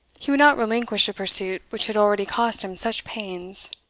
he would not relinquish a pursuit which had already cost him such pains.